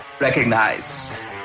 recognize